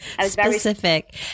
Specific